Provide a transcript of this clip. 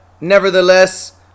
Nevertheless